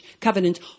covenant